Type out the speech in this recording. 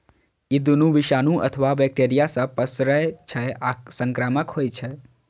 ई दुनू विषाणु अथवा बैक्टेरिया सं पसरै छै आ संक्रामक होइ छै